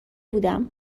بودم